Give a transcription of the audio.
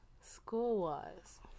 School-wise